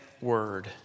word